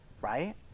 right